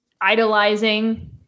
idolizing